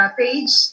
page